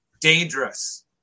dangerous